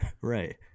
Right